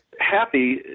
happy